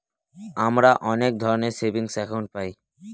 আমরা অনেক ধরনের সেভিংস একাউন্ট পায়